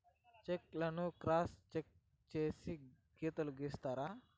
check లను cross check చేసి గీతలు గీత్తారు